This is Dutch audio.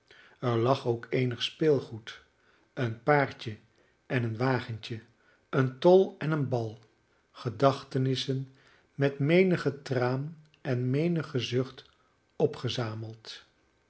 er lag ook eenig speelgoed een paardje en een wagentje een tol en een bal gedachtenissen met menigen traan en menigen zucht opgezameld